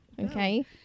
Okay